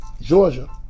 Georgia